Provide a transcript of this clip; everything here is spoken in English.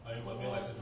orh